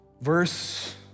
verse